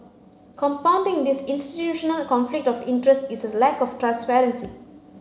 compounding this institutional conflict of interest is a lack of transparency